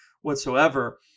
whatsoever